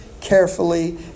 carefully